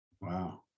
Wow